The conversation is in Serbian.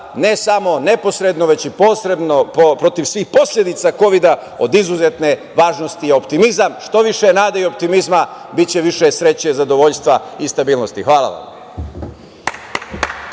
ne samo neposredno, već i posredno, protiv svih posledica Kovida, od izuzetne važnosti je optimizam. Što više nade i optimizma, biće više sreće, zadovoljstva i stabilnosti. Hvala vam.